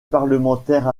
parlementaire